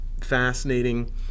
fascinating